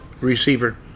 receiver